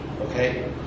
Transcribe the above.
okay